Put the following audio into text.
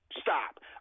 stop